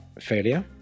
failure